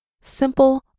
simple